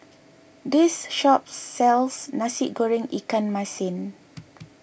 this shop sells Nasi Goreng Ikan Masin